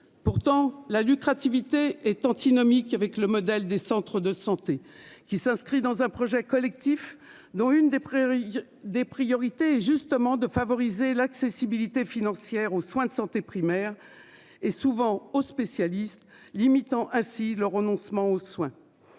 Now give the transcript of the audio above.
Pourtant la lucrative IT est antinomique avec le modèle des centres de santé. Qui s'inscrit dans un projet collectif dont une des prairies des priorités justement de favoriser l'accessibilité financière aux soins de santé primaires et souvent aux spécialistes, limitant ainsi le renoncement aux soins.